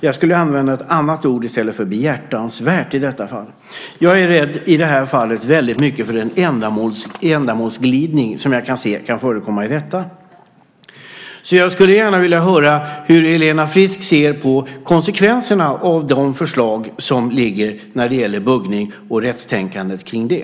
Jag skulle använda ett annat ord i stället för behjärtansvärt i detta fall. Jag är väldigt rädd för den ändamålsglidning som jag ser kan förekomma i detta. Jag skulle gärna vilja höra hur Helena Frisk ser på konsekvenserna av de förslag som ligger när det gäller buggning och rättstänkandet kring det.